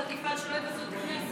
שאתה תפעל לכך שלא יבזו את הכנסת.